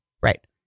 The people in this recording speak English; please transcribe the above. Right